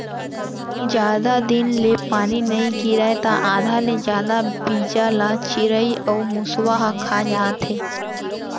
जादा दिन ले पानी नइ गिरय त आधा ले जादा बीजा ल चिरई अउ मूसवा ह खा जाथे